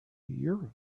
europe